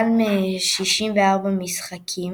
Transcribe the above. כמו בטורנירים קודמים משחק נוקאאוט